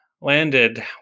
landed